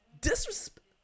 Disrespect